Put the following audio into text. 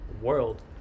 world